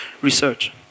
research